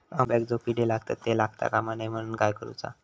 अंब्यांका जो किडे लागतत ते लागता कमा नये म्हनाण काय करूचा?